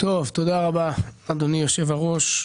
תודה רבה, אדוני יושב הראש.